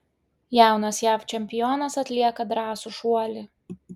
jaunas jav čempionas atlieka drąsų šuolį